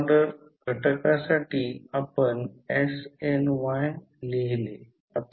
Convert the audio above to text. तर समीकरण लिहिल्यास वेळ लागतो